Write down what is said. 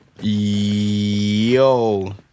yo